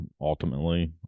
ultimately